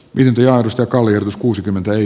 williams joka oli us kuusikymmentä ei